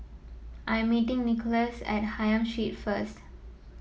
I am meeting Nicklaus at Hylam Street first